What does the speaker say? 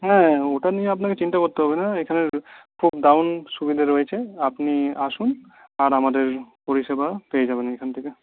হ্যাঁ ওটা নিয়ে আপনাকে চিন্তা করতে হবে না এখানে খুব দারুন সুবিধে রয়েছে আপনি আসুন আর আমাদের পরিষেবা পেয়ে যাবেন এখান থেকে